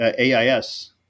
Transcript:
AIS